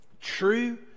True